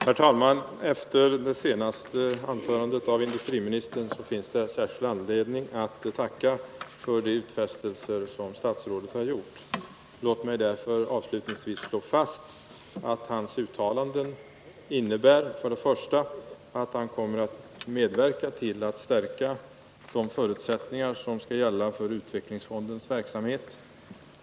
Herr talman! Efter det senaste anförandet av industriministern finns det särskild anledning att tacka för de utfästelser som statsrådet har gjort. Låt mig därför avslutningsvis slå fast vad hans uttalanden innebär. För det första kommer han att medverka till att stärka de förutsättningar som skall gälla för utvecklingsfondens verksamhet.